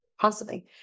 constantly